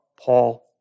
Paul